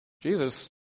Jesus